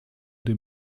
dem